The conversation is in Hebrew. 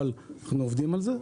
אבל אנחנו עובדים על זה.